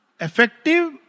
effective